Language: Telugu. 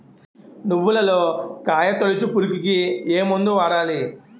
నువ్వులలో కాయ తోలుచు పురుగుకి ఏ మందు వాడాలి?